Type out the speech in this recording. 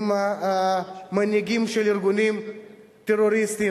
עם מנהיגים של ארגונים טרוריסטיים.